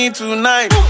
tonight